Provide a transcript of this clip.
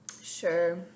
Sure